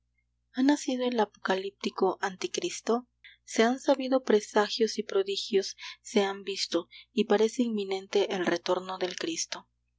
ha nacido el apocalíptico anticristo se han sabido presagios y prodigios se han visto y parece inminente el retorno del cristo